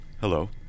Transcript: Hello